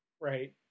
right